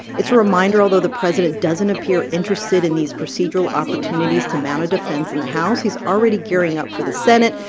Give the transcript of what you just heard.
it's a reminder, although the president doesn't appear interested in these procedural opportunities to mount a defense in the house, he's already gearing up for the senate.